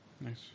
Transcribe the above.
Nice